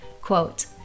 Quote